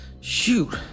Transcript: shoot